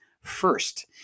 first